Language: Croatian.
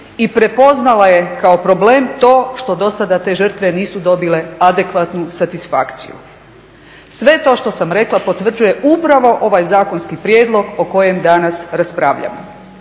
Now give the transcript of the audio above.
i prepoznala je kao problem to što do sada te žrtve nisu dobile adekvatnu satisfakciju. Sve to što sam rekla potvrđuje upravo ovaj zakonski prijedlog o kojem danas raspravljamo.